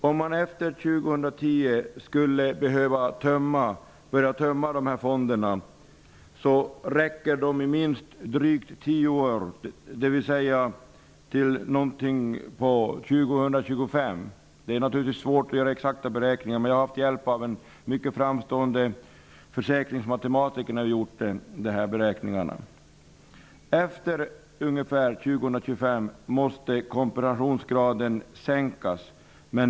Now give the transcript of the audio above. Om man efter 2010 skulle behöva börja tömma fonderna räcker de i minst drygt 10 år, dvs. till omkring 2025. Det är naturligtvis svårt att göra exakta beräkningar. Jag har haft hjälp av en mycket framstående försäkringsmatematiker när jag har gjort dessa beräkningar. Efter 2025 måste kompensationsgraden sänkas.